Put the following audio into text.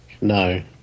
No